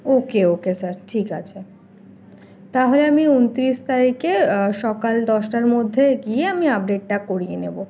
ওকে okay sir ঠিক আছে তাহলে আমি উনত্রিশ তারিখে সকাল দশটার মধ্যে গিয়ে আমি আপডেটটা করিয়ে নেব